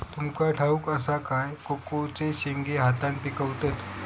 तुमका ठाउक असा काय कोकोचे शेंगे हातान पिकवतत